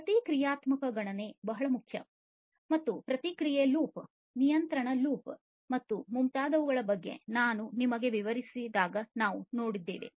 ಪ್ರತಿಕ್ರಿಯಾತ್ಮಕ ಗಣನೆ ಬಹಳ ಮುಖ್ಯ ಮತ್ತು ಈ ಪ್ರತಿಕ್ರಿಯೆ ಲೂಪ್ ನಿಯಂತ್ರಣ ಲೂಪ್ ಮತ್ತು ಮುಂತಾದವುಗಳ ಬಗ್ಗೆ ನಾನು ನಿಮಗೆ ವಿವರಿಸಿದ್ದೇನೆ